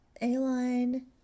A-line